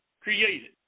created